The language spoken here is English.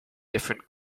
different